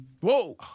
Whoa